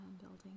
building